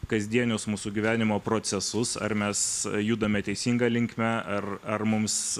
kasdienius mūsų gyvenimo procesus ar mes judame teisinga linkme ar ar mums